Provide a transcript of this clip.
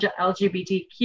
LGBTQ